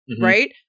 right